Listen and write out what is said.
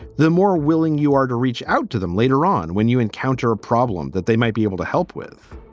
the more willing you are to reach out to them later on when you encounter a problem that they might be able to help with